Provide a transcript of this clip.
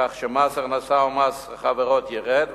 כך שמס הכנסה ומס החברות ירד,